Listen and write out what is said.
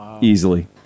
easily